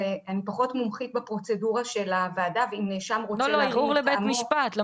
אני פחות מומחית בפרוצדורה של הוועדה ואם נאשם רוצה לערער -- לא,